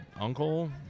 uncle